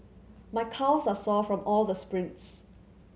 my calves are sore from all the sprints